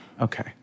Okay